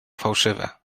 fałszywe